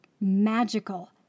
magical